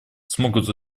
смогут